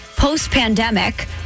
Post-pandemic